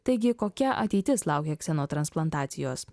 taigi kokia ateitis laukia kseno transplantacijos